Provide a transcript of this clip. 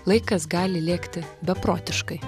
laikas gali lėkti beprotiškai